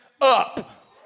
up